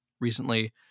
recently